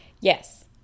yes